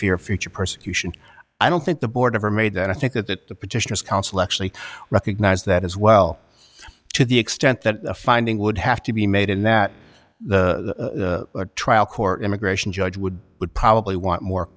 fear future persecution i don't think the board ever made that i think that the petitioners council actually recognized that as well to the extent that a finding would have to be made and that the trial court immigration judge would would probably want more